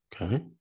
Okay